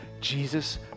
Jesus